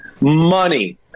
money